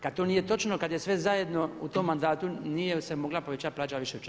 Kada to nije točno, kad je sve zajedno u tom mandatu nije se mogla povećati plaća više od 4%